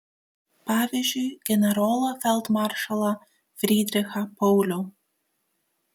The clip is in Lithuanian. pavyzdžiui generolą feldmaršalą frydrichą paulių